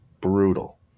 brutal